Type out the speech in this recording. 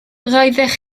roeddech